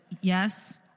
yes